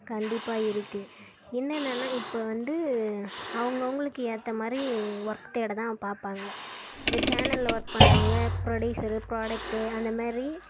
கண்டிப்பாக இருக்கு என்னென்னன்னா இப்போ வந்து அவங்கவுங்களுக்கு ஏத்தமாதிரி ஒர்க் தேட தான் பார்ப்பாங்க இப்போ சேனலில் ஒர்க் பண்ணுறவங்க ப்ரொடியூசரு ப்ரோடக்ட்டு அந்தமாரி